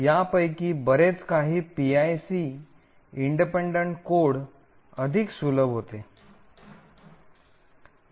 यापैकी बरेच काही पीआयसी स्वतंत्र कोडसह अधिक सुलभ होते